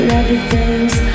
everything's